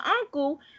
uncle